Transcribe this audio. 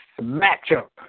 matchup